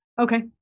Okay